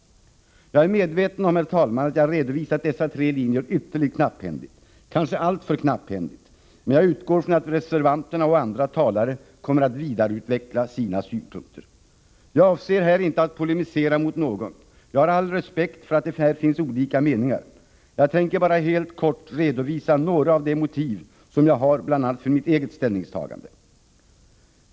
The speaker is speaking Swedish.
Jag är medveten om att jag redovisat dessa tre linjer ytterligt knapphändigt, kanske alltför knapphändigt, men jag utgår ifrån att reservan terna och andra talare kommer att vidareutveckla sina synpunkter. Jag avser inte att polemisera mot någon. Jag har all respekt för att det här finns olika meningar. Jag tänker bara helt kort redovisa några motiv för bl.a. mitt eget ställningstagande.